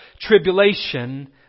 tribulation